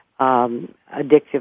addictive